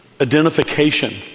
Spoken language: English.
identification